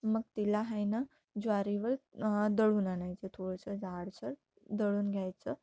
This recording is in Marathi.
मग तिला आहे ना ज्वारीवर दळून आणायचं थोळंसं जाडसर दळून घ्यायचं